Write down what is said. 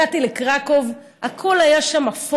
הגעתי לקרקוב, הכול שם היה אפור.